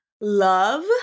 love